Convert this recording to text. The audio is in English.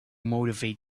motivate